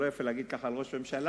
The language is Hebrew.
לא יפה להגיד ככה על ראש ממשלה,